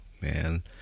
man